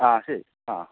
ആ ശരി ആ